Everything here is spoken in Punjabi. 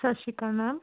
ਸਤਿ ਸ਼੍ਰੀ ਅਕਾਲ ਮੈਮ